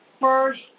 first